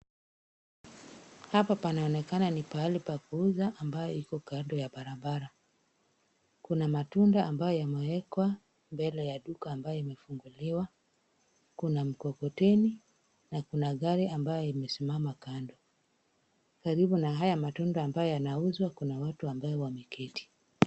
Hapa panaonekana ni pahali pakuuza ambayo iko kando ya barabara, kuna matunda ambayo yamewekwa mbele ya duka ambayo imefunguliwa, kuna mkokoteni, na kuna gari ambayo imesimama kando. Karibu na haya matunda ambayo yanauzwa kuna watu ambaye wameketi.